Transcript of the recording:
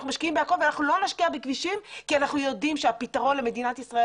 ואנחנו לא נשקיע בכבישים כי אנחנו יודעים שהפתרון למדינת ישראל